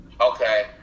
Okay